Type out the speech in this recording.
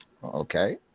Okay